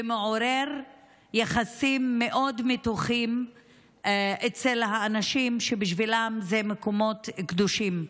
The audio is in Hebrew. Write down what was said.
וזה מעורר יחסים מאוד מתוחים אצל אנשים שבשבילם אלה מקומות קדושים.